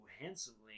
handsomely